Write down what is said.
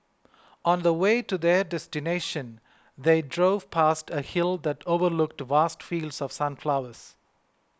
on the way to their destination they drove past a hill that overlooked vast fields of sunflowers